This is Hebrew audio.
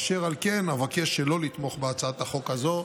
אשר על כן, אבקש שלא לתמוך בהצעת החוק הזאת.